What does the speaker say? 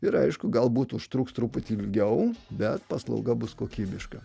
ir aišku galbūt užtruks truputį ilgiau bet paslauga bus kokybiška